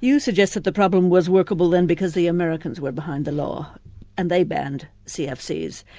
you suggested the problem was workable then because the americans were behind the law and they banned cfcs.